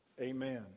Amen